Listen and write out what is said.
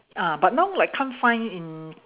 ah but now like can't find in